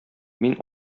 мин